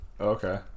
okay